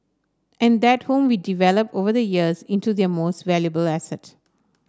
and that home we developed over the years into their most valuable asset